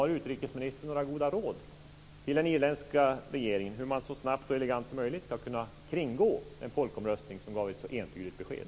Har utrikesministern några goda råd till den irländska regeringen om hur man så snabbt och elegant som möjligt ska kunna kringgå en folkomröstning som gav ett så entydigt besked?